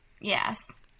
Yes